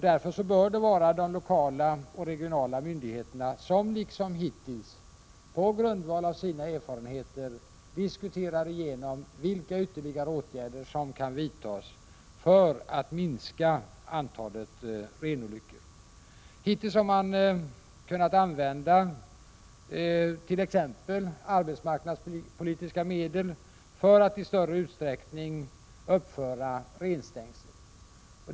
Därför bör det vara de lokala och regionala myndigheterna som, liksom hittills, på grundval av sina erfarenheter diskuterar igenom vilka ytterligare åtgärder som kan vidtas för att minska antalet renolyckor. Hittills har man kunnat använda t.ex. arbetsmarknadspolitiska medel för att i större utsträckning uppföra renstängsel.